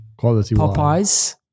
Popeyes